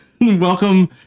Welcome